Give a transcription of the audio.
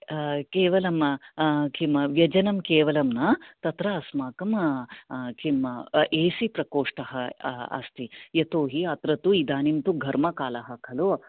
केवलं किं व्यजनम् केवलं न तत्र अस्माकं किं एसी प्रकोष्टः अस्ति यतोहि अत्र तु इदानीं तु घर्मकालः खलु